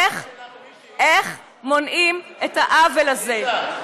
איך מונעים את העוול הזה.